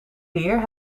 weer